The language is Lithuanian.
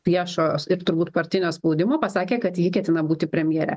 viešo ir turbūt partinio spaudimo pasakė kad ji ketina būti premjere